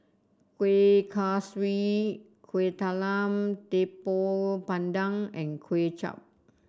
Kueh Kaswi Kuih Talam Tepong Pandan and Kuay Chap